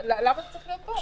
למה זה צריך להיות פה?